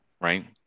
Right